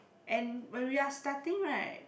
and when we are starting right